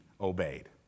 Obeyed